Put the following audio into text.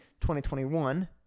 2021